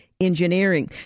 engineering